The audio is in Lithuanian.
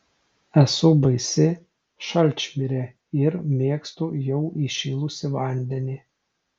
esu baisi šalčmirė ir mėgstu jau įšilusį vandenį